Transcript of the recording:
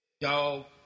y'all